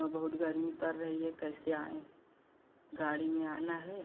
इस साल बहुत गर्मी पर रही है कैसे आएँ गाड़ी में आना है